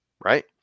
right